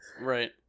Right